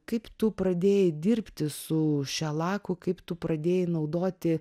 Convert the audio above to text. kaip tu pradėjai dirbti su šelaku kaip tu pradėjai naudoti